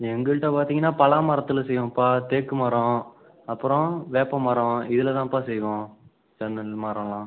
எங்கள்கிட்ட பாத்தீங்கன்னா பலாமரத்தில் செய்வோம்ப்பா தேக்குமரம் அப்புறம் வேப்பமரம் இதில் தான்ப்பா செய்வோம் ஜன்னல் மரம்லாம்